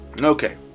Okay